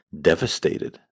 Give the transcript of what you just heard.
Devastated